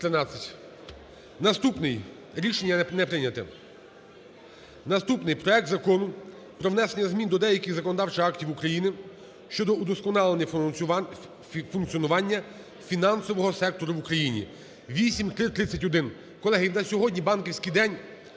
Наступний... Рішення не прийнято. Наступний – проект Закону про внесення змін до деяких законодавчих актів України щодо удосконалення функціонування фінансового сектору в Україні (8331). Колеги, в нас сьогодні – банківський день,